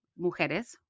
mujeres